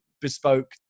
bespoke